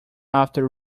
after